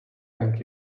thank